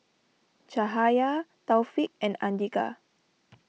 Cahaya Taufik and andika